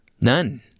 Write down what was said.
None